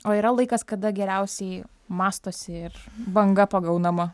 o yra laikas kada geriausiai mąstosi ir banga pagaunama